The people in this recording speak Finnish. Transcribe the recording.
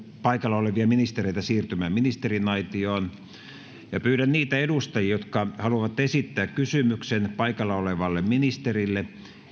paikalla olevia ministereitä siirtymään ministeriaitioon pyydän niitä edustajia jotka haluavat esittää kysymyksen paikalla olevalle ministerille